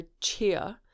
Cheer